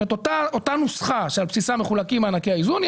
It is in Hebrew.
כלומר הנוסחה שעל בסיסה מחולקים מענקי האיזון היא